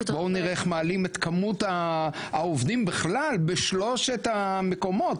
בואו נראה איך מעלים את כמות העובדים בכלל בשלושת המקומות,